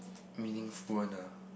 meaningful one ah